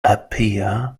appear